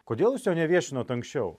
kodėl jūs jo neviešinot anksčiau